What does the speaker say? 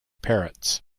parrots